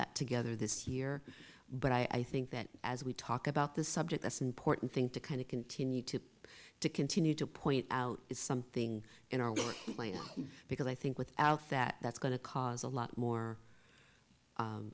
that together this year but i think that as we talk about this subject that's an important thing to kind of continue to to continue to point out is something in our plan because i think without that that's going to cause a lot more